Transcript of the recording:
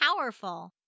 powerful